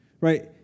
right